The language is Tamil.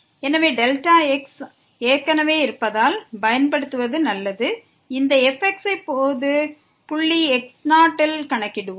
எனவே டெல்டா x ஏற்கனவே இருப்பதால் பயன்படுத்துவது நல்லது இந்த fx ஐ பொது புள்ளி x0ல் கணக்கிடுவோம்